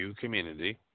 community